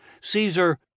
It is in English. Caesar